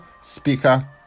speaker